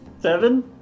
Seven